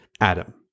Adam